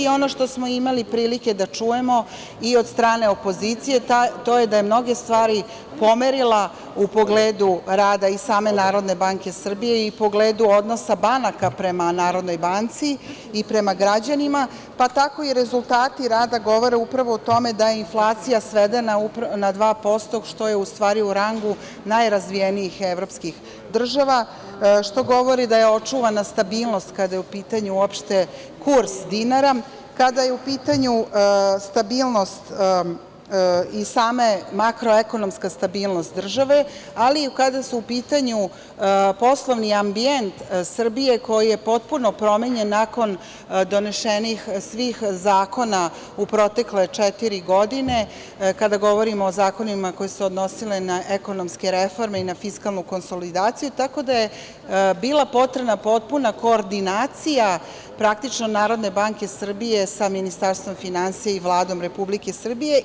Ono što smo imali prilike da čujemo i od strane opozicije to je da je mnoge stvari pomerila u pogledu rada i same Narodne banke Srbije i u pogledu odnosa banaka prema Narodnoj banci i prema građanima, pa tako i rezultati rada govore upravo o tome da je inflacija svedena na 2%, što je, u stvari, u rangu najrazvijenijih evropskih država, što govori da je očuvana stabilnost kada je u pitanju uopšte kurs dinara, kada je u pitanju stabilnost i sama makroekonomska stabilnost države, ali i kada su u pitanju poslovni ambijent Srbije, koji je potpuno promenjen nakon donesenih svih zakona u protekle četiri godine, kada govorimo o zakonima koji su se odnosili na ekonomske reforme i na fiskalnu konsolidaciju, tako da je bila potrebna potpuna koordinacija, praktično, Narodne banke Srbije sa Ministarstvom finansija i Vladom Republike Srbije.